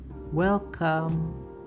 welcome